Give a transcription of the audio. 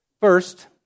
First